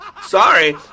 Sorry